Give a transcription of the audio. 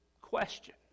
question